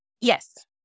yes